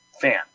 fan